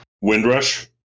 Windrush